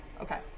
Okay